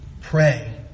pray